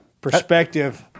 perspective